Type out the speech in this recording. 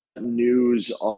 News